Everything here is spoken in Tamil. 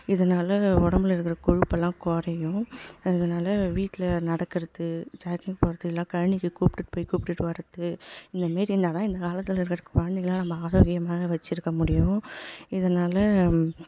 இதனால் உடம்புல இருக்கிற கொழுப்புலாம் குறையும் இதனால் வீட்டில் நடக்கிறது ஜாக்கிங் போகிறது இல்லை கழனிக்கு கூப்பிட்டுட்டு போய்ட்டு கூப்பிடுட்டு வரது இந்தமாரி இருந்தால் தான் இந்த காலத்தில் இருக்கிற குழந்தைங்கள்லாம் நம்ம ஆரோக்கியமாக வச்சிருக்க முடியும் இதனால்